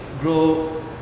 grow